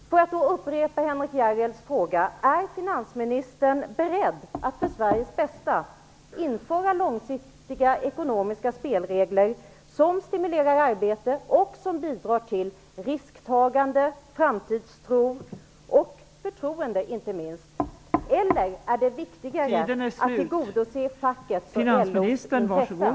Låt mig upprepa Henrik S Järrels fråga. Är finansministern beredd att för Sveriges bästa införa långsiktiga ekonomiska spelregler som stimulerar arbete och som bidrar till risktagande, framtidstro och inte minst förtroende? Eller är det viktigare att tillgodose fackets och LO:s intressen?